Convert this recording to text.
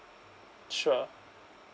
sure